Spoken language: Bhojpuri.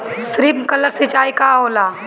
स्प्रिंकलर सिंचाई का होला?